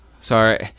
Sorry